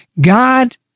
God